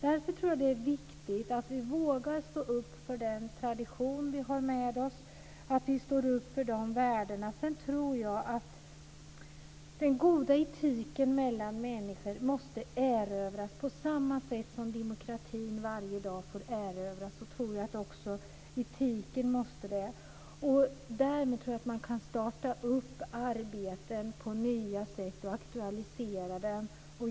Därför är det viktigt att vi vågar stå upp för den tradition vi har med oss och stå upp för de värdena. Den goda etiken mellan människor måste erövras på samma sätt som demokratin varje dag får erövras. Därmed kan man starta arbeten på nya sätt och aktualisera dem.